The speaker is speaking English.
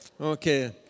Okay